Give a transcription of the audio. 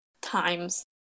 times